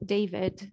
David